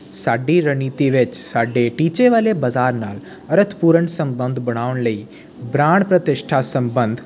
ਸਾਡੀ ਰਣਨੀਤੀ ਵਿੱਚ ਸਾਡੇ ਟੀਚੇ ਵਾਲੇ ਬਜ਼ਾਰ ਨਾਲ ਮਹੱਤਵਪੂਰਨ ਸੰਬੰਧ ਬਣਾਉਣ ਲਈ ਬ੍ਰਾਂਡ ਪ੍ਰਤੀਸ਼ਠਾ ਸੰਬੰਧ